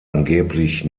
angeblich